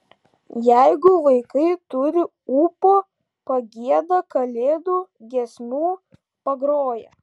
jeigu vaikai turi ūpo pagieda kalėdų giesmių pagroja